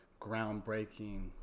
groundbreaking